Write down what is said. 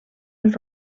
els